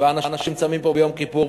ואנשים צמים פה ביום כיפור,